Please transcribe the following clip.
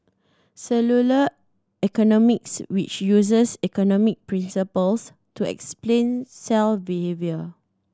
cellular economics which uses economic principles to explain cell behaviour